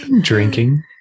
Drinking